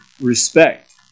respect